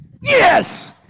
Yes